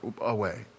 away